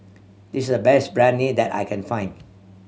this is the best Biryani that I can find